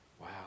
Wow